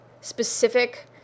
specific